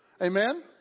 Amen